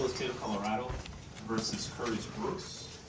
colorado versus curtis brooks.